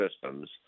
systems